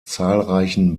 zahlreichen